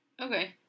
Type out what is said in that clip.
Okay